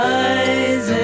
eyes